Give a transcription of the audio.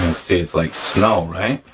see it's like snow, right?